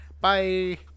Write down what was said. bye